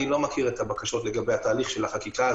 אני לא מכיר את הבקשות לגבי התהליך הזה של החקיקה,